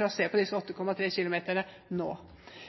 trasé på 8,3 km nå.